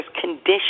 condition